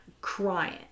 crying